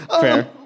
Fair